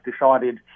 decided